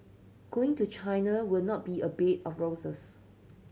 going to China will not be a bed of roses